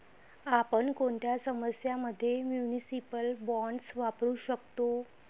आपण कोणत्या समस्यां मध्ये म्युनिसिपल बॉण्ड्स वापरू शकतो?